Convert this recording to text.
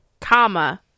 comma